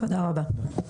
תודה רבה.